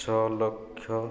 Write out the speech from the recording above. ଛଅ ଲକ୍ଷ